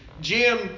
Jim